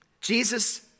Jesus